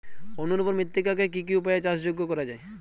অনুর্বর মৃত্তিকাকে কি কি উপায়ে চাষযোগ্য করা যায়?